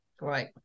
Right